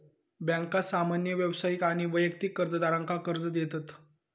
बँका सामान्य व्यावसायिक आणि वैयक्तिक कर्जदारांका कर्ज देतत